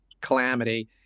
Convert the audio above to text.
calamity